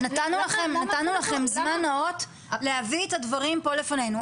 נתנו לכם זמן נאות להביא את הדברים פה לפנינו.